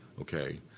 Okay